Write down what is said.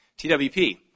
TWP